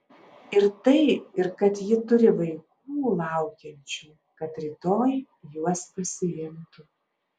ir tai ir kad ji turi vaikų laukiančių kad rytoj juos pasiimtų